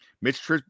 Mitch